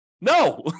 No